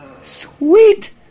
sweet